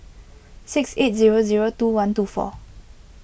six eight zero zero two one two four